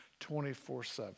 24-7